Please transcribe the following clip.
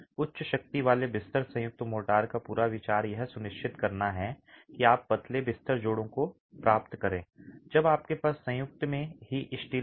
उच्च शक्ति वाले बिस्तर संयुक्त मोर्टार का पूरा विचार यह सुनिश्चित करना है कि आप पतले बिस्तर जोड़ों को प्राप्त करें जब आपके पास संयुक्त में ही स्टील हो